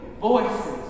voices